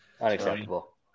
Unacceptable